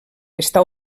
està